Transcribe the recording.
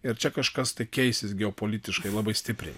ir čia kažkas tai keisis geopolitiškai labai stipriai